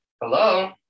Hello